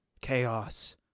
chaos